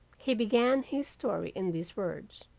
he began his story in these words